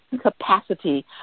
capacity